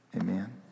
Amen